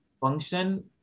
function